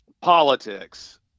politics